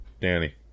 Danny